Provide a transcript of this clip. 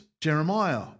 Jeremiah